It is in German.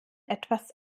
etwas